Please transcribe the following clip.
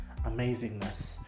amazingness